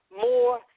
more